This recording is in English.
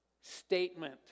statement